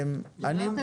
יש לנו הסכמות.